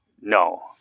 No